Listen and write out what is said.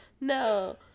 No